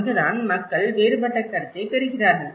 அங்கு தான் மக்கள் வேறுபட்ட கருத்தைப் பெறுகிறார்கள்